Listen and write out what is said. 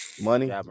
Money